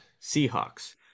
seahawks